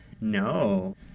No